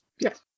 Yes